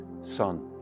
son